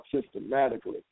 systematically